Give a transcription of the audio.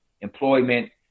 employment